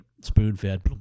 spoon-fed